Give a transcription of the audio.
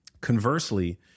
Conversely